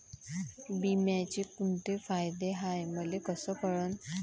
बिम्याचे कुंते फायदे हाय मले कस कळन?